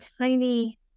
tiny